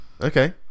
Okay